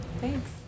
Thanks